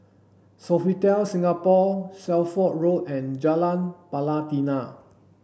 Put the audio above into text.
Sofitel Singapore Shelford Road and Jalan Pelatina